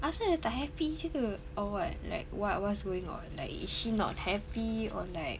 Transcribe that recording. asal dia tak happy jer ke or what like what what's going on like is she not happy or like